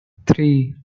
three